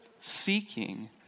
seeking